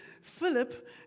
Philip